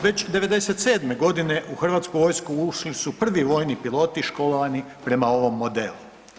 Već '97. godine u hrvatsku vojsku ušli su prvi vojni piloti školovani prema ovom modelu.